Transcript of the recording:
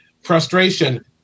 Frustration